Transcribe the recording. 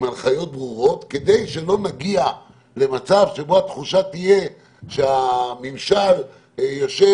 הנחיות ברורות כדי שלא נגיע למצב שבו התחושה תהיה שהממשל יושב